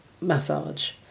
massage